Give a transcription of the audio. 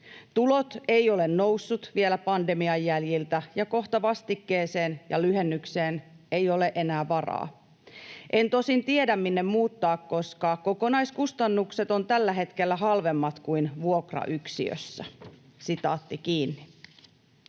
Tulot ei ole noussut vielä pandemian jäljiltä, ja kohta vastikkeeseen ja lyhennykseen ei ole enää varaa. En tosin tiedä, minne muuttaa, koska kokonaiskustannukset on tällä hetkellä halvemmat kuin vuokrayksiössä.” ”Olen